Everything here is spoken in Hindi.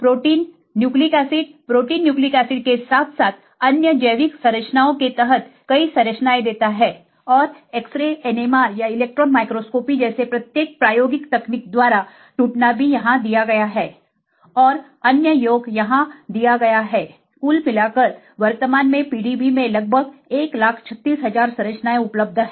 protein nucleic acid protein nucleic acid के साथ साथ अन्य जैविक संरचनाओं के तहत कई संरचनाएं देता है और एक्स रे एनएमआर या इलेक्ट्रॉन माइक्रोस्कोपी जैसे प्रत्येक प्रायोगिक तकनीक द्वारा टूटना भी यहां दिया गया है और अन्य योग यहां दिया गया है कुल मिलाकर वर्तमान में PDB में लगभग 136000 संरचनाएँ उपलब्ध हैं